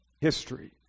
history